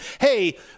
hey